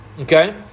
Okay